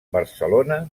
barcelona